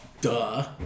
duh